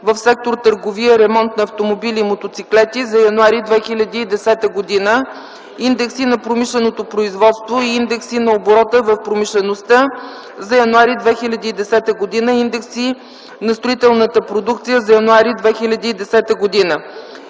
в сектор търговия и ремонт на автомобили и мотоциклети за януари 2010 г.; индекси на промишленото производство и индекси на оборота в промишлеността за януари 2010 г.; индекси на строителната продукция за януари 2010 г.;